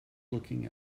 looking